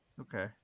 Okay